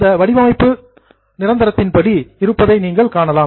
இந்த வடிவமைப்பு பெர்மணன்ஸ் நிரந்தரதின்படி இருப்பதை நீங்கள் காணலாம்